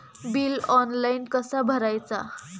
Bill online कसा भरायचा?